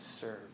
serve